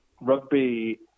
rugby